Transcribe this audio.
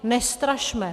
Nestrašme!